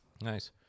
Nice